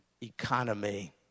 economy